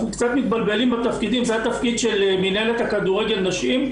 זה התפקיד של מינהלת הכדורגל נשים,